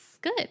good